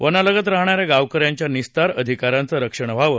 वनालगत राहणाऱ्या गावकऱ्यांच्या निस्तार अधिकारांचं रक्षण व्हावं